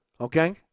okay